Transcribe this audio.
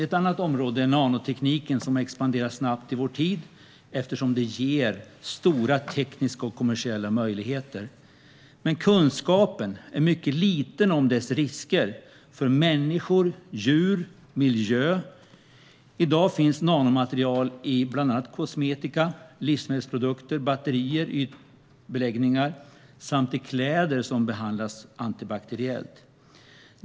Ett annat område är nanotekniken, som expanderar snabbt i vår tid eftersom den ger stora tekniska och kommersiella möjligheter. Men kunskapen är mycket liten om dess risker för människor, djur och miljö. I dag finns nanomaterial i bland annat kosmetika, livsmedelsprodukter, batterier och ytbeläggningar samt i kläder som behandlats antibakteriellt.